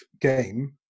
game